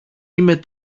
είμαι